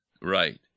Right